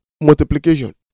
multiplication